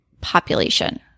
population